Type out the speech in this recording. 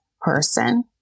person